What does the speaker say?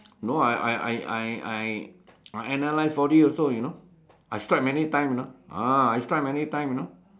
no I I I I I I I analyse four D also you know I strike many times you know ah I strike many time you know